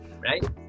Right